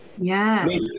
Yes